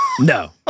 No